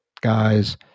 guys